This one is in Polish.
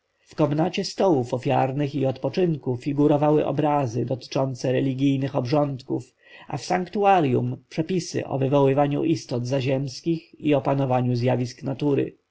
komnacie stołów ofiarnych i odpoczynku figurowały obrazy dotyczące religijnych obrządków a w sanktuarjum przepisy o wywoływaniu istot zaziemskich i opanowaniu zjawisk natury